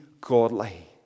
godly